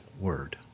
word